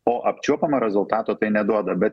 o apčiuopiamo rezultato tai neduoda bet